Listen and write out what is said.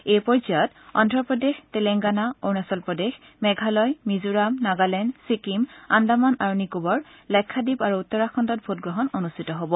এই পৰ্যায়ত অন্ধপ্ৰদেশ তেলেংগানা অৰুণাচল প্ৰদেশ মেঘালয় মিজোৰাম নাগালেণ্ড চিক্ৰিম আন্দামান আৰু নিকোবৰ লক্ষাদ্বীপ আৰু উত্তৰাখণ্ডত ভোটগ্ৰহণ অনূষ্ঠিত হ'ব